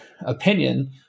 opinion